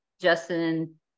Justin